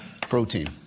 protein